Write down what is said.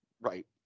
Right